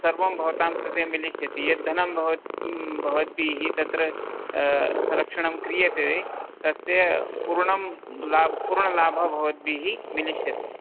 सर्वं भवतां कृते मिलिष्यति यद्धनं भव भवद्भिः तत्र संरक्षणं क्रियते तस्य पूर्णं पूर्णलाभः भवद्भिः मिलिष्यति